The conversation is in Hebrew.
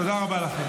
תודה רבה לכם.